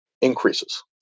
increases